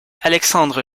alexandre